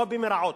או במירעו.